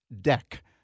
deck